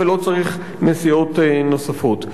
ולא צריך נסיעות נוספות.